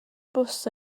bws